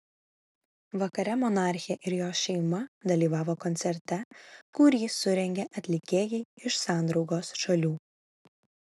vakare monarchė ir jos šeima dalyvavo koncerte kurį surengė atlikėjai iš sandraugos šalių